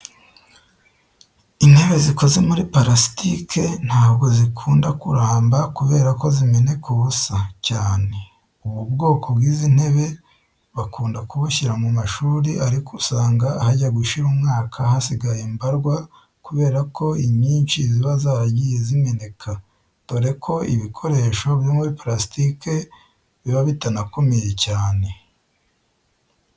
Intebe zikoze muri parasitike ntabwo zikunda kuramba kubera ko zimeneka ubusa cyane. Ubu bwoko bw'izi ntebe bakunda kubushyira mu mashuri ariko usanga hajya gushira umwaka hasigaye mbarwa kubera ko inyishi ziba zaragiye zimeneka, dore ko ibikoresho byo muri parasitike biba bitanakomeye cyane.